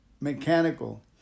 mechanical